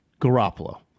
garoppolo